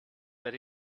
that